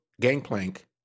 Gangplank